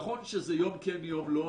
נכון שזה יום כן יום לא,